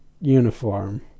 uniform